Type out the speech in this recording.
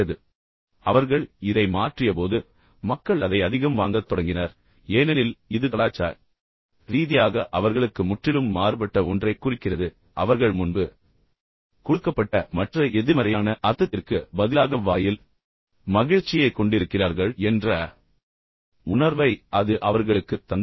எனவே அவர்கள் இதை மாற்றியபோது மக்கள் அதை அதிகம் வாங்கத் தொடங்கினர் ஏனெனில் இது கலாச்சார ரீதியாக அவர்களுக்கு முற்றிலும் மாறுபட்ட ஒன்றைக் குறிக்கிறது பின்னர் அவர்கள் முன்பு கொடுக்கப்பட்ட மற்ற எதிர்மறையான அர்த்தத்திற்கு பதிலாக வாயில் உண்மையில் மகிழ்ச்சியைக் கொண்டிருக்கிறார்கள் என்ற உணர்வை அது அவர்களுக்குத் தந்தது